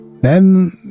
Then